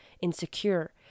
insecure